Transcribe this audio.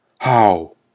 How